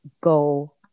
go